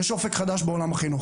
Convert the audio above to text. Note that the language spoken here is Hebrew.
יש אופק חדש בעולם החינוך.